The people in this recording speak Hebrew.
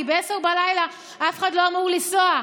כי ב-22:00 אף אחד לא אמור לנסוע,